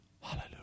Hallelujah